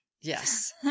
Yes